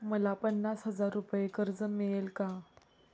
मला पन्नास हजार रुपये कर्ज मिळेल का?